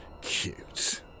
Cute